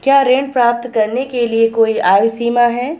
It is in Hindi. क्या ऋण प्राप्त करने के लिए कोई आयु सीमा है?